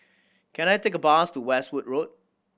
can I take a bus to Westwood Road